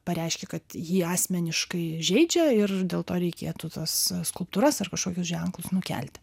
pareiškia kad jį asmeniškai žeidžia ir dėl to reikėtų tas skulptūras ar kažkokius ženklus nukelti